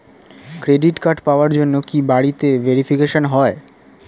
Credit card পাওয়ার জন্য কি বাড়িতে ভেরিফিকেশন হয়?